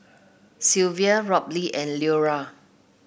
Sylvia Robley and Leora